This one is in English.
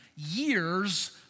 years